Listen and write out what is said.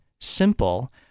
simple